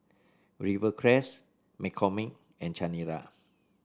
Rivercrest McCormick and Chanira